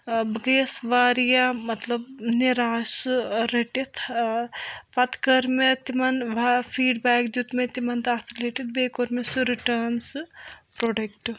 بہٕ گٔییَس واریاہ مطلب نٮ۪راش سُہ رٔٹِتھ پَتہٕ کٔر مےٚ تِمن واریاہ فیٖڈ بیٚک دٮُ۪ت مےٚ تِمن تَتھ رِلیٹِڈ بیٚیہِ کوٚر مےٚ سُہ رِٹٲرنٕز پرٛوڈکٹ